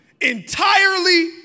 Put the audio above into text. entirely